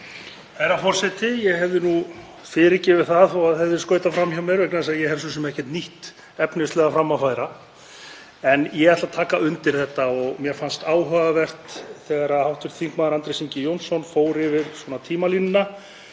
Herra forseti. Ég hefði nú fyrirgefið það þó að skautað hefði verið fram hjá mér vegna þess að ég hef svo sem ekkert nýtt efnislega fram að færa. En ég ætla að taka undir þetta og mér fannst áhugavert þegar hv. þm. Andrés Ingi Jónsson fór yfir tímalínuna.